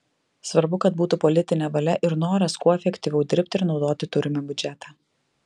svarbu kad būtų politinė valia ir noras kuo efektyviau dirbti ir naudoti turimą biudžetą